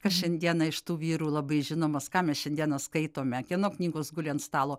kas šiandieną iš tų vyrų labai žinomas ką mes šiandieną skaitome kieno knygos guli ant stalo